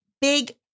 big